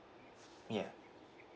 ya